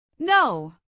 No